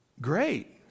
great